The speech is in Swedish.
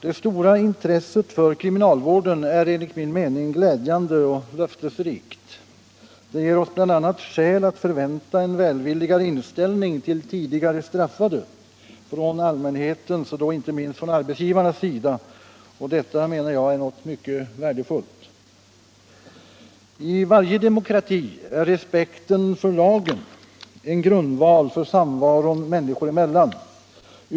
Det stora intresset för kriminalvården är enligt min mening glädjande och löftesrikt. Det ger oss bl.a. skäl att förvänta en välvilligare inställning till tidigare straffade från allmänhetens och inte minst från arbetsgivarnas sida. Detta menar jag är något mycket värdefullt. I varje demokrati är respekten för lagen en grundval för samvaron människor emellan.